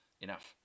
enough